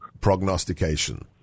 prognostication